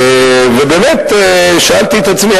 ובאמת שאלתי את עצמי,